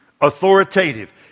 authoritative